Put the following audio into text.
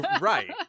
Right